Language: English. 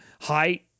Height